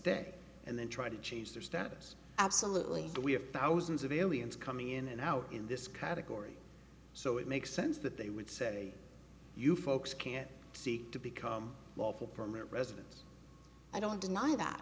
d and then try to change their status absolutely we have thousands of aliens coming in and out in this category so it makes sense that they would say you folks can see to become lawful permanent residence i don't deny that